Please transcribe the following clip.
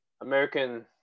American